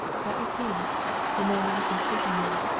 that was he the man we have been speaking of.